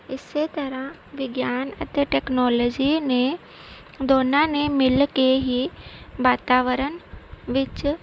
ਇਸ ਤਰ੍ਹਾਂ ਵਿਗਿਆਨ ਅਤੇ ਟੈਕਨੋਲੋਜੀ ਨੇ ਦੋਨਾਂ ਨੇ ਮਿਲ ਕੇ ਹੀ ਵਾਤਾਵਰਨ ਵਿੱਚ